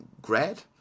grad